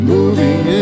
Moving